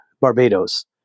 Barbados